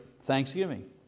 Thanksgiving